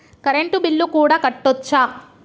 Current bill కూడా కట్టొచ్చా?